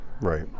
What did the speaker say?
right